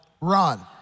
run